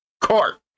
Court